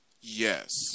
Yes